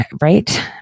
right